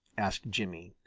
asked jimmy.